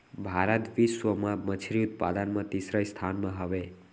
भारत बिश्व मा मच्छरी उत्पादन मा तीसरा स्थान मा हवे